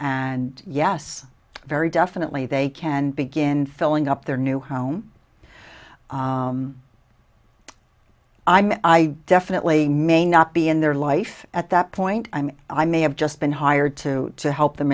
and yes very definitely they can begin filling up their new home i mean i definitely may not be in their life at that point i may have just been hired to help them